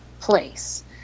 place